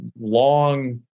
long